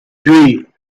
three